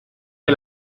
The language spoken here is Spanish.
que